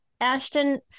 Ashton